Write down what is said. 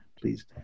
please